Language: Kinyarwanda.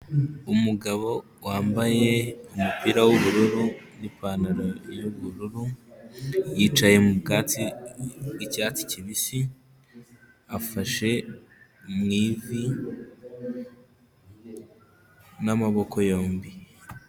Umugabo wambaye umupira w'ubururu n'ipantaro y'ubururu, yicaye mu bwatsi bw'icyatsi kibisi, afashe mu ivi n'amaboko yombi.